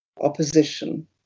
opposition